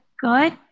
good